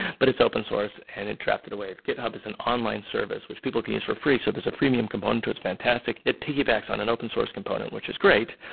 but it's open source, and it drafted away. ah github is an online service, which people can use for free. so there's a freemium component to it. it's fantastic. it piggybacks on an open source component, which is great,